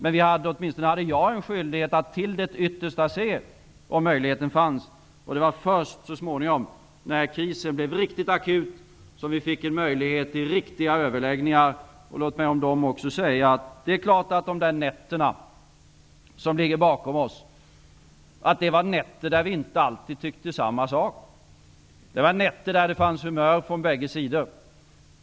Men åtminstone jag hade en skyldighet att göra mitt yttersta för att se om möjligheten fanns. Det var först så småningom, när krisen blev riktigt akut, som vi fick en möjlighet till riktiga överläggningar. Låt mig säga att de nätter då överläggningarna pågick och som ligger bakom oss var nätter då vi inte alltid tyckte samma sak. Det var nätter då det fanns humör från bägge sidor.